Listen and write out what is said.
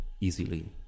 easily